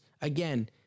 Again